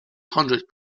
hundred